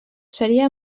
seria